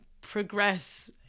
progress